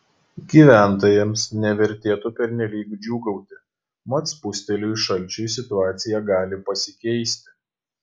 gyventojams nevertėtų pernelyg džiūgauti mat spustelėjus šalčiui situacija gali pasikeisti